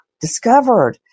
discovered